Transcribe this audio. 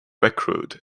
recruit